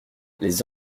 les